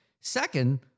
Second